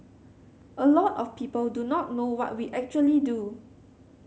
a lot of people do not know what we actually do